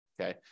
Okay